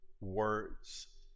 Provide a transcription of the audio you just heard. words